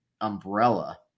umbrella